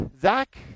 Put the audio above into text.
Zach